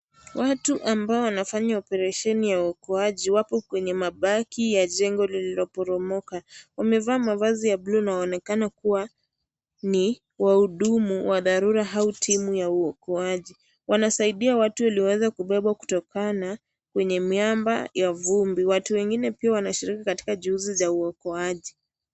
Watu ambao wanafanya oparesheni wa uokoaji wako kwenye mabaki ya jengo lililoporomoka , wamevaa mavazi ya bluu na wanaonekana kuwa ni wahudumu wa dharura au timu wa uokoaji. Wanasaidiana watu ili waweze kubebwa kutokana kwenye myamba wa vumbi. Watu wengine pia wanashiriki katika juhusi za uokoaji.